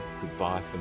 goodbye